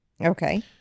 Okay